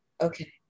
okay